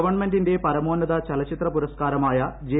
ഗവൺമെന്റിന്റെ പരമോന്നത ചലച്ചിത്ര പുരസ്കാരമായ ജെ